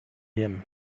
him